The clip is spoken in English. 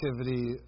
activity